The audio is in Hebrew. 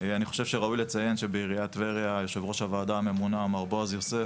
ראוי לציין שיושב-ראש הוועדה הממונה בעיריית טבריה מר בועז יוסף